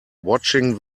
watching